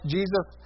Jesus